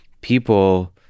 people